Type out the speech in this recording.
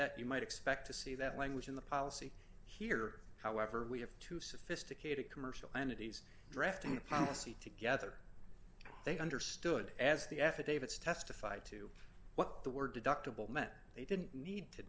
that you might expect to see that language in the policy here however we have two sophisticated commercial entities drafting a policy together they understood as the affidavits testified to what the word deductible meant they didn't need to